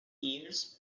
ears